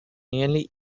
nearly